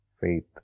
faith